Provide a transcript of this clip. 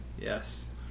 Yes